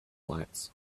lights